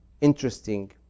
interesting